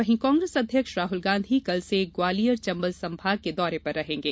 वहीं कांग्रेस अध्यक्ष राहुल गांधी कल से ग्वालियर चंबल संभाग के दौरे पर रहेंगे